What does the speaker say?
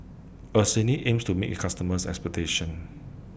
Eucerin aims to meet its customers' expectations